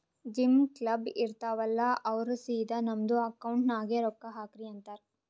gym, club, ಇರ್ತಾವ್ ಅಲ್ಲಾ ಅವ್ರ ಸಿದಾ ನಮ್ದು ಅಕೌಂಟ್ ನಾಗೆ ರೊಕ್ಕಾ ಹಾಕ್ರಿ ಅಂತಾರ್